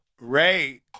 Ray